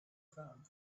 phone